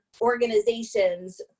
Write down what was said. organizations